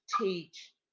teach